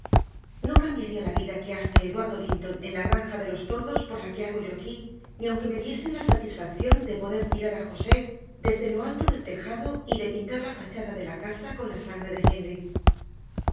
no cambiaría la vida que hace eduardo linton en la granja de los tordos por la que hago yo aquí ni aunque me diesen la satisfacción de poder tirar a josé desde lo alto del tejado y de pintar la fachada de la casa con la sangre de